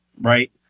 right